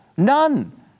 None